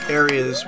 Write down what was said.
areas